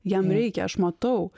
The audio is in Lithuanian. jam reikia aš matau